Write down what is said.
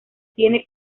tiene